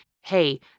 hey